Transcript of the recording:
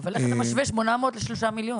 אבל איך אתה משווה 800,000 לשלושה מיליון?